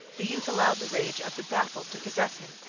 the youth allowed the rage of the baffled to possess him.